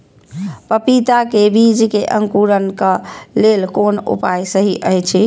पपीता के बीज के अंकुरन क लेल कोन उपाय सहि अछि?